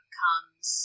comes